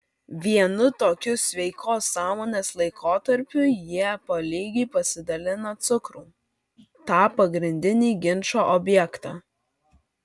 vienu tokiu sveikos sąmonės laikotarpiu jie po lygiai pasidalino cukrų tą pagrindinį ginčo objektą